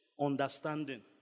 understanding